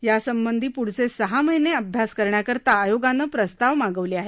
यासंबंधी पृढचे सहा महिने अभ्यास करण्याकरता आयोगानं प्रस्ताव मागवले आहेत